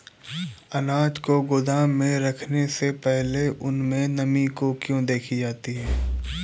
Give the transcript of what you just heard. अनाज को गोदाम में रखने से पहले उसमें नमी को क्यो देखी जाती है?